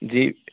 ਜੀ